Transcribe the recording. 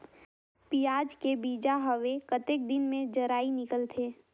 पियाज के बीजा हवे कतेक दिन मे जराई निकलथे?